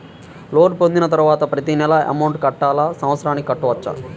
Loan పొందిన తరువాత ప్రతి నెల అమౌంట్ కట్టాలా? సంవత్సరానికి కట్టుకోవచ్చా?